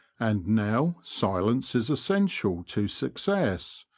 and now silence is essential to success,